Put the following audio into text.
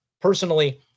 personally